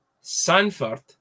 Sanford